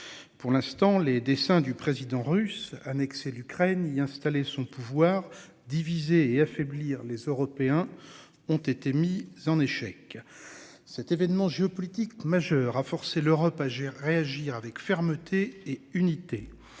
Pour l'instant les desseins du président russe annexer l'Ukraine y installer son pouvoir diviser et affaiblir les Européens ont été mis en échec. Cet événement géopolitique majeur a forcé l'Europe agir, réagir avec fermeté et unité.